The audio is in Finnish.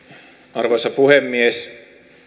arvoisa puhemies